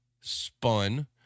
spun